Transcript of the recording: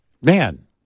Man